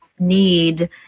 need